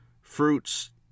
fruits